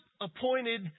appointed